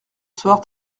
soir